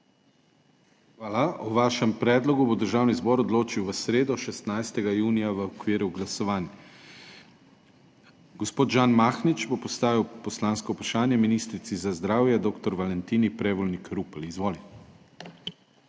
Hvala. O vašem predlogu bo Državni zbor odločil v sredo, 16. junija, v okviru glasovanj. Gospod Žan Mahnič bo postavil poslansko vprašanje ministrici za zdravje dr. Valentini Prevolnik Rupel. Izvoli.